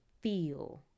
feel